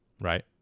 right